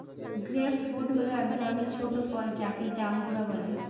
grape fruit হল এক ধরনের ছোট ফল যাকে জাম্বুরা বলে